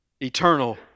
Eternal